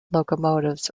locomotives